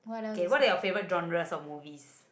okay what are your favourite genres of movies